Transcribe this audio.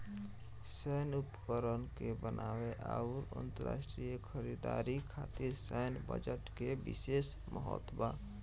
सैन्य उपकरण के बनावे आउर अंतरराष्ट्रीय खरीदारी खातिर सैन्य बजट के बिशेस महत्व बा